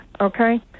Okay